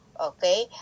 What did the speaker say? okay